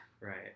Right